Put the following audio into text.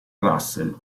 russell